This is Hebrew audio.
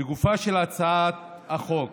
לגופה של הצעת החוק,